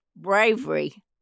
bravery